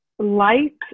light